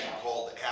called